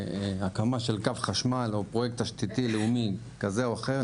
הקמה של קו חשמל או פרויקט תשתיתי כזה או אחר,